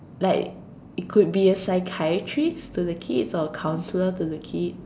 like it could be a psychiatrist to the kids or a counselor to the kid